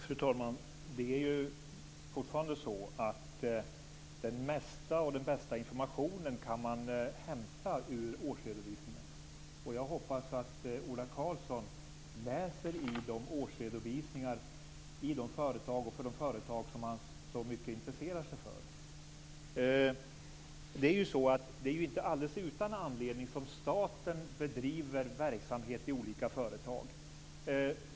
Fru talman! Det är fortfarande så att den mesta och bästa informationen kan hämtas ur årsredovisningarna. Jag hoppas att Ola Karlsson läser årsredovisningarna från de företag som han intresserar sig så mycket för. Det är ju inte alldeles utan anledning som staten bedriver verksamhet i olika företag.